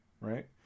Right